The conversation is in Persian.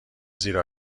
زیر